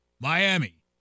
Miami